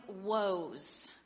woes